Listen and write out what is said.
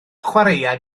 chwaraea